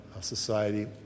society